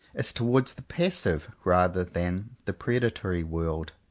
is towards the passive, rather than the predatory world.